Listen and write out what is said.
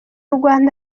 rwanda